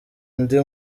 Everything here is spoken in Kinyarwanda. ndi